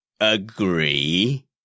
agree